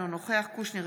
אינו נוכח אלכס קושניר,